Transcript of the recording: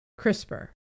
CRISPR